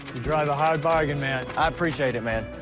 you drive a hard bargain, man. i appreciate it, man.